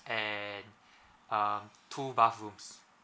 and um two bathrooms